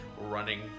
running